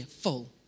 full